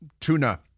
tuna